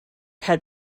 had